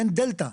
אין דלתא,